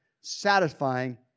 satisfying